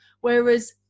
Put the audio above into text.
Whereas